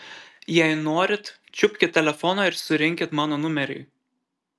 jei norit čiupkit telefoną ir surinkit mano numerį